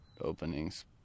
openings